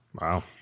Wow